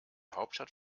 hauptstadt